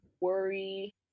worry